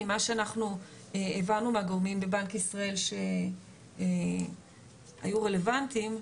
ממה שאנחנו הבנו מהגורמים בבנק ישראל שהיו רלוונטיים,